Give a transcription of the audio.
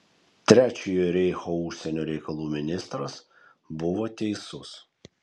trečiojo reicho užsienio reikalų ministras buvo teisus